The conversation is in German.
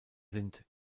sind